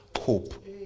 hope